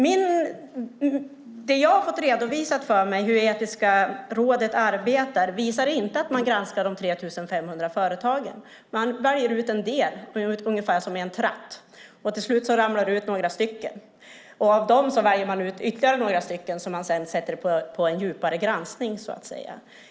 Vad jag har fått redovisat för mig om hur Etikrådet arbetar visar inte att man granskar de 3 500 företagen, utan man väljer ut en del, ungefär som genom en tratt, och till slut ramlar det ut några stycken, och av dem väljer man ut ytterligare några som man sedan granskar djupare.